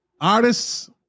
artists